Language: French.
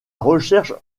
recherche